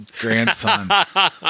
grandson